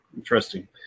Interesting